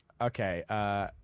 Okay